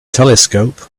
telescope